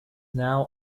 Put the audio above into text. now